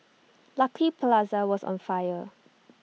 Lucky Plaza was on fire